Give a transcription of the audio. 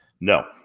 No